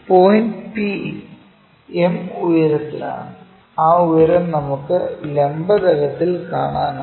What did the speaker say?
point P m ഉയരത്തിലാണ് ആ ഉയരം നമുക്കു ലംബ തലത്തിൽ കാണാനാകും